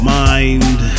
mind